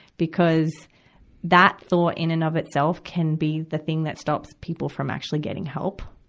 because that thought, in and of itself, can be the thing that stops people from actually getting help,